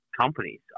companies